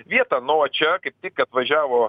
vietą nu o čia kaip tik atvažiavo